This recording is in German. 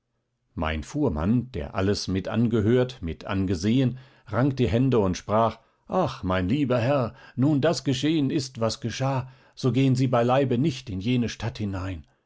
mein fuhrmann der alles mit angehört mit angesehen rang die hände und sprach ach mein lieber herr nun das geschehen ist was geschah so gehen sie beileibe nicht in jene stadt hinein